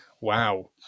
Wow